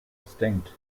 distinct